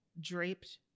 draped